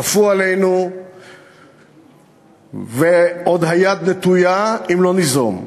כפו עלינו ועוד היד נטויה אם לא ניזום.